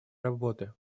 работы